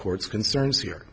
court's concerns here